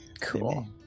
Cool